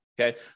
Okay